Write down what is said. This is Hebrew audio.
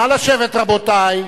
נא לשבת, רבותי.